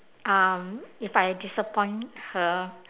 um if I disappoint her